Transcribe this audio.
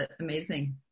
amazing